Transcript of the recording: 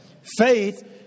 Faith